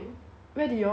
where did you all go again